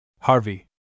Harvey